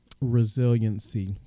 resiliency